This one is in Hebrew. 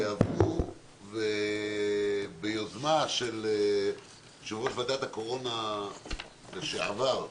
וביוזמה של יושב-ראש ועדת הקורונה לשעבר,